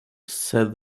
said